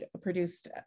produced